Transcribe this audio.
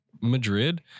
Madrid